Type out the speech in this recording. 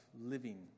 living